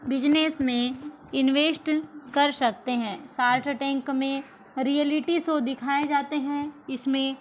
business में invest कर सकते हैं सार्क टेंक में रियलिटी शो दिखाए जाते हैं इसमें